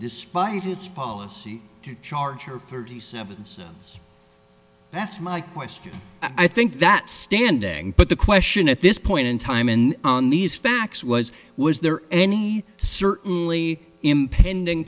despite its policy to charge her thirty seven's yes that's my question i think that standing but the question at this point in time and on these facts was was there any certainly impending